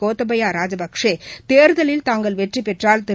கோத்தபாயராஜபக்சே தேர்தலில் தாங்கள் வெற்றிபெற்றால் திரு